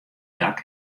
dak